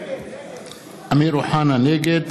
נגד